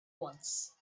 once